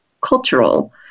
cultural